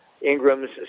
Ingram's